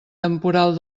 temporal